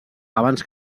abans